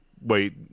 Wait